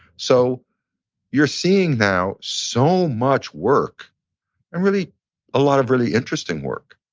so you're seeing now so much work, and really a lot of really interesting work,